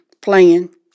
playing